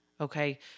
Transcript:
Okay